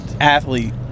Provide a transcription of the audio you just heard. athlete